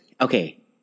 okay